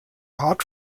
hard